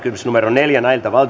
neljä